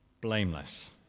blameless